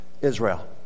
Israel